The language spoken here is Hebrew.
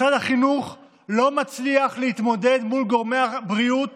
משרד החינוך לא מצליח להתמודד מול גורמי הבריאות